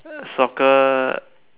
soccer